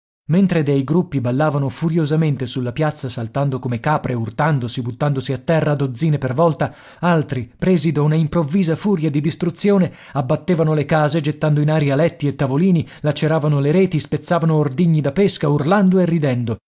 mentre dei gruppi ballavano furiosamente sulla piazza saltando come capre urtandosi buttandosi a terra a dozzine per volta altri presi da una improvvisa furia di distruzione abbattevano le case gettando in aria letti e tavolini laceravano le reti spezzavano ordigni da pesca urlando e ridendo